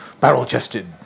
barrel-chested